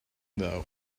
though